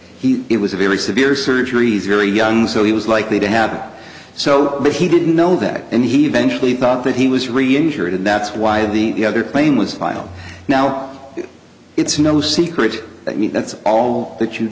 he it was a very severe surgeries very young so he was likely to happen so but he didn't know that and he eventually thought that he was really injured and that's why the other plane was filed now it's no secret that me that's all that you